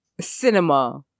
Cinema